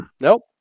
nope